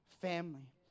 family